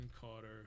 Carter